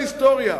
להיסטוריה.